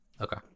okay